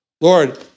Lord